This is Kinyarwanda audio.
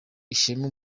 ishema